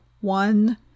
one